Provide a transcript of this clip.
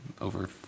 over